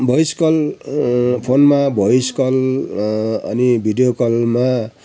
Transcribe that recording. voice call फोनमा voice call अनि video कलमा